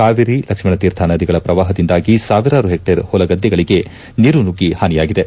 ಕಾವೇರಿ ಲಕ್ಷ್ಣಣೀರ್ಥ ನದಿಗಳ ಪ್ರವಾಪದಿಂದಾಗಿ ಸಾವಿರಾರು ಹೆಕ್ಷೇರ್ ಹೊಲಗದ್ದೆಗಳಿಗೆ ನೀರು ನುಗ್ಗಿ ಹಾನಿಯಾಗಿದೆ